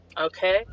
okay